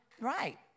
Right